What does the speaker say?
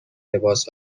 لباس